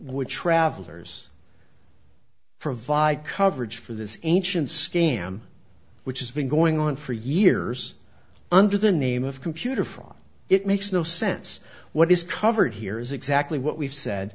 would travelers provide coverage for this ancient scam which has been going on for years under the name of computer from it makes no sense what is covered here is exactly what we've said